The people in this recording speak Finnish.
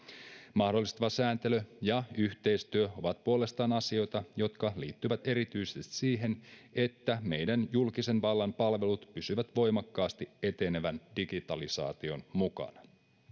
mahdollistava sääntely ja yhteistyö ovat puolestaan asioita jotka liittyvät erityisesti siihen että meidän julkisen vallan palvelut pysyvät voimakkaasti etenevän digitalisaation mukana